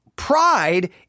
Pride